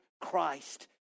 Christ